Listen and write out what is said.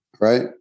right